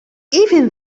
even